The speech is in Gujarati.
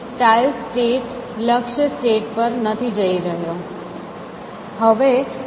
હું ટાઇલ્સ સ્ટેટ લક્ષ્ય સ્ટેટ પર નથી જઈ રહ્યો